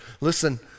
listen